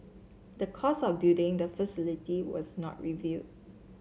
the cost of building the facility was not reveal